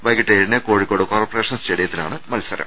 വൈകിട്ട് ഏഴിന് Kozhikode corporation സ്റ്റേഡിയത്തിലാണ് മത്സരം